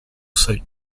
soaked